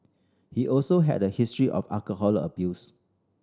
he also had a history of alcohol abuse